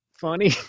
funny